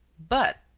but,